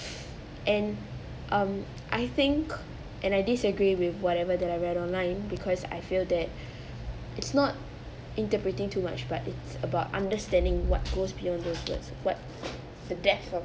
and um I think and I disagree with whatever that I read online because I feel that it's not interpreting too much but it's about understanding what goes beyond those words what the depth of